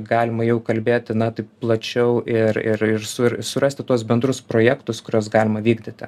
galima jau kalbėti na taip plačiau ir ir ir su surasti tuos bendrus projektus kuriuos galima vykdyti